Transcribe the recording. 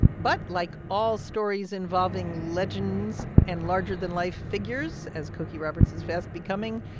but like all stories involving legends and larger-than-life figures, as cokie roberts is fast becoming,